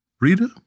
Rita